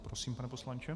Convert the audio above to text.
Prosím, pane poslanče.